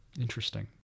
Interesting